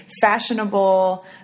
fashionable